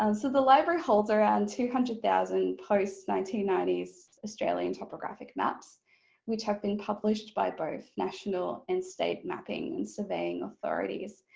and so the library holds around two hundred thousand post nineteen ninety s australian topographic maps which have been published by both national and state mapping and surveying authorities.